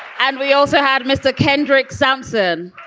and we also had mr. kendrick sampson